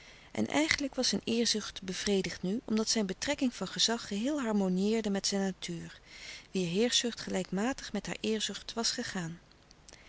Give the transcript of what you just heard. en eigenlijk was zijn eerzucht bevredigd nu omdat zijn betrekking van gezag geheel harmonieerde met zijn natuur wier heerschzucht gelijkmatig met haar eerzucht was gegaan